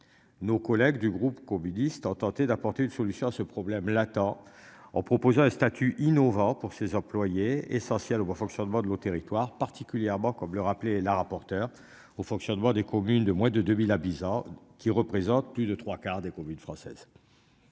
Nos collègues du groupe communiste ont tenté d'apporter une solution à ce problème latent en proposant un statut innovantes pour ses employés essentiel au bon fonctionnement de l'autre territoire particulièrement comme le rappeler la rapporteure au fonctionnement des communes de moins de 2000 habitants qui représentent plus de 3 quarts des communes françaises.